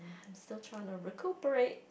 I'm still trying to recuperate